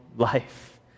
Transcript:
life